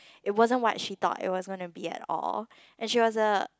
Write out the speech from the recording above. it wasn't what she thought it was gonna be at all and she was a